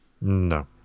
No